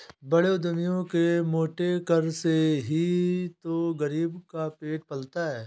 बड़े उद्यमियों के मोटे कर से ही तो गरीब का पेट पलता है